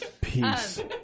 Peace